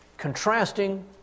contrasting